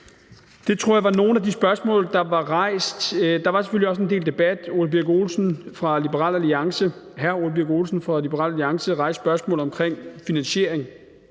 Det tror jeg var nogle af de spørgsmål, der blev rejst. Der var selvfølgelig også en del debat. Hr. Ole Birk Olesen fra Liberal Alliance rejste spørgsmålet om finansieringen.